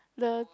the